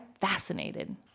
fascinated